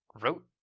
wrote